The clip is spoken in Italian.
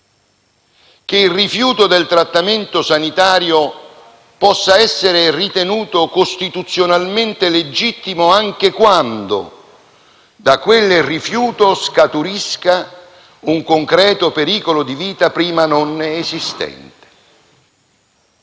che il rifiuto del trattamento sanitario possa essere ritenuto costituzionalmente legittimo anche quando da quel rifiuto scaturisca un concreto pericolo di vita prima non esistente?